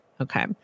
Okay